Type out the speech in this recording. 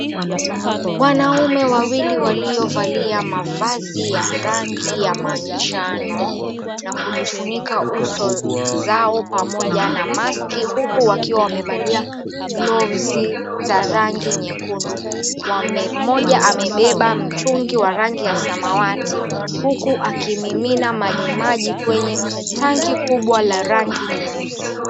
Wanaume wawili waliovalia mavazi ya rangi ya manjano na kujifunika uso zao pamoja na maski huku wakiwa wamevalia gloves za rangi nyekundu. Mmoja amebeba mtungi wa rangi ya samawati huku akimimina maji maji kwenye tanki kubwa la rangi nyeusi.